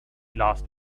last